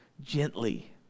gently